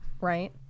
Right